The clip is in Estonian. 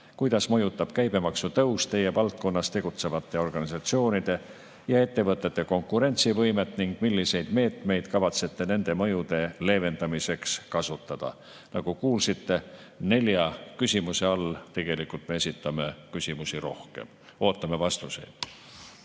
Kuidas mõjutab käibemaksu tõus teie valdkonnas tegutsevate organisatsioonide ja ettevõtete konkurentsivõimet ning milliseid meetmeid kavatsete nende mõjude leevendamiseks kasutada? Nagu kuulsite, nelja küsimuse all tegelikult esitame küsimusi rohkem. Ootame vastuseid.